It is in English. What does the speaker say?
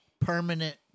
permanent